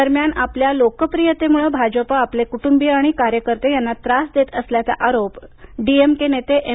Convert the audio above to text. दरम्यान आपल्या लोकप्रियतेमुळं भाजप आपले कुटुंबीय आणि कार्यकर्ते यांना त्रास देत असल्याचा आरोपडीएमके नेते एम